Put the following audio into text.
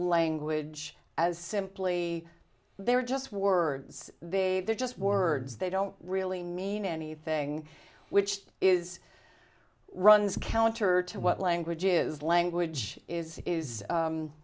language as simply they're just words they they're just words they don't really mean anything which is runs counter to what language is language is is